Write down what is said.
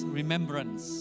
remembrance